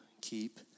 keep